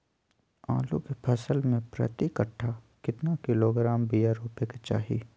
आलू के फसल में प्रति कट्ठा कितना किलोग्राम बिया रोपे के चाहि?